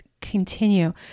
continue